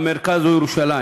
המרכז או ירושלים,